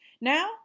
Now